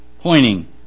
pointing